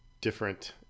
different